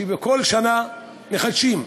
כשבכל שנה מחדשים,